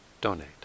donate